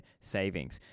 savings